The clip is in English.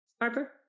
Harper